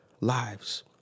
lives